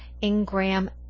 Ingram